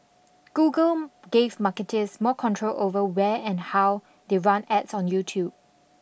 Google gave marketers more control over where and how they run ads on YouTube